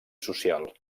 social